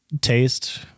taste